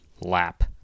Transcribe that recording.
lap